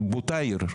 באותה עיר.